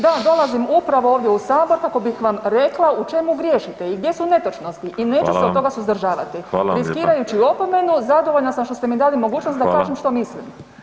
Da, dolazim upravo ovdje u sabor kako bih vam rekla u čemu griješite i gdje su netočnosti i neću se [[Upadica: Hvala vam]] od toga suzdržavati [[Upadica: Hvala vam lijepa]] Riskirajući opomenu zadovoljna sam što ste mi dali mogućnost da [[Upadica: Hvala]] kažem što mislim.